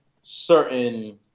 certain